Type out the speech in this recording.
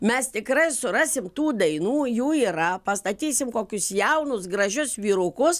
mes tikrai surasim tų dainų jų yra pastatysim kokius jaunus gražius vyrukus